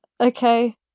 okay